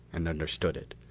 and understood it.